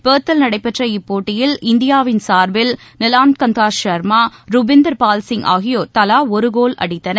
பெர்த்தில் நடைபெற்ற இப்போட்டியில் இந்தியாவின் சார்பில் நிலாக்கந்தா சர்மா ரூபிந்தர்பால் சிங் ஆகியோர் தலா ஒரு கோல் அடித்தனர்